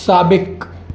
साबिक़ु